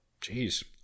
Jeez